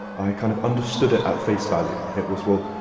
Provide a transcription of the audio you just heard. i kind of understood it at face value. it was, well,